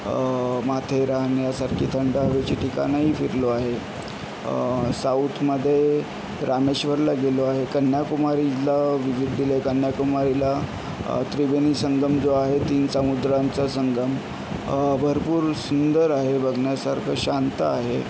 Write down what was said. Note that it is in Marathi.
माथेरान यासारखे थंड हवेचे ठिकाणंही फिरलो आहे साऊथमध्ये रामेश्वरला गेलो आहे कन्याकुमारीला व्हिजिट दिली आहे कन्याकुमारीला त्रिवेणी संगम जो आहे तीन समुद्रांचा संगम भरपूर सुंदर आहे बघण्यासारखं शांत आहे